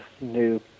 new